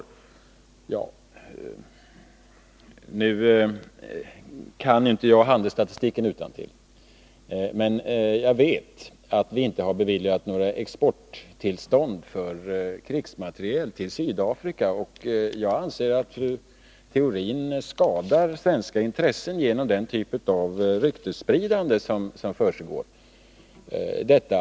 Ja, nu kan jag inte handelsstatistiken utantill, men jag vet att vi inte har beviljat några exporttillstånd för krigsmateriel till Sydafrika. Jag anser att Maj Britt Theorin skadar svenska intressen genom denna typ av ryktesspridning.